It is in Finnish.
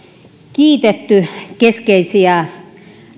kiitetty keskeisiä